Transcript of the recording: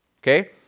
Okay